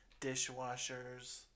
dishwashers